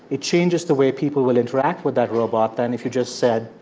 it changes the way people will interact with that robot than if you just said,